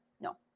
no